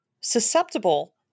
susceptible